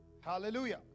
Hallelujah